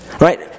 right